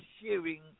sharing